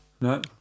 No